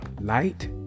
light